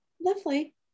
Lovely